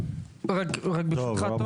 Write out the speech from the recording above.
ברשותך,